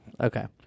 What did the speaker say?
Okay